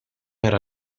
era